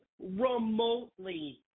remotely